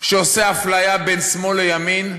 שעושה אפליה בין שמאל לימין,